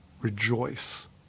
Rejoice